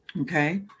Okay